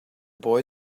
boy